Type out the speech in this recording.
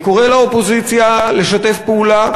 אני קורא לאופוזיציה לשתף פעולה,